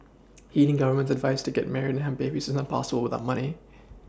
heeding government's advice to get married and have babies is not possible without money